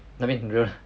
don't need real